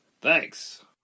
Thanks